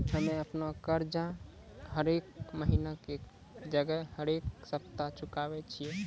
हम्मे अपनो कर्जा हरेक महिना के जगह हरेक सप्ताह चुकाबै छियै